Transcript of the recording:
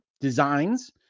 designs